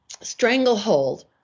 stranglehold